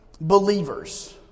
believers